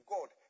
God